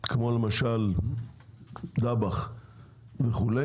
כמו למשל דב"ח וכו',